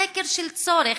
סקר של צורך,